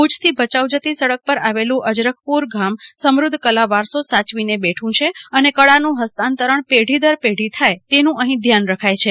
ભુજ થી ભચાઉ જતી સડક ઉપર આવેલું અજર ખપૂર ગામ સમૃધ્ધ કલાવારસો સાયવીને બેઠું છે અને કળાનુ હસ્તાંતરણ પેઢી દર પેઢી થાય તેનુ અઠી ધ્યાન રખાય છે